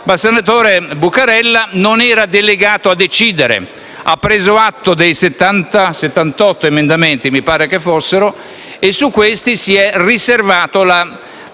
il senatore Buccarella non era delegato a decidere. Egli ha preso atto dei 78 emendamenti (mi pare tanti fossero) e su questi si è riservato la